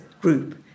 group